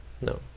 No